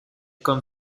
con